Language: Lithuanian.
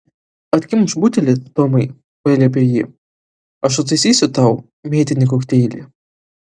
atkimšk butelį tomai paliepė ji aš sutaisysiu tau mėtinį kokteilį